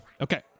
Okay